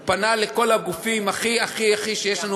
הוא פנה אל כל הגופים הכי-הכי שיש לנו